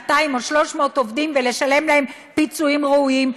200 או 300 עובדים ולשלם להם פיצויים ראויים?